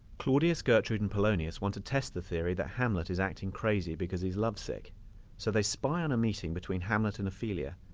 claudius, gertrude and polonius want to test the theory that hamlet is acting crazy because he is lovesick so they spy on a meeting between hamlet and ophelia.